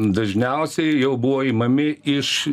dažniausiai jau buvo imami iš